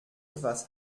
etwas